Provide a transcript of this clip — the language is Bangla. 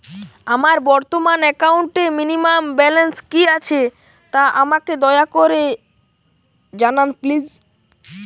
আমার বর্তমান একাউন্টে মিনিমাম ব্যালেন্স কী আছে তা আমাকে দয়া করে জানান প্লিজ